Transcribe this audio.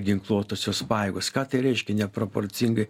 ginkluotosios pajėgos ką tai reiškia neproporcingai